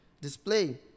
display